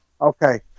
Okay